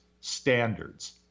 standards